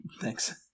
Thanks